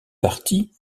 partie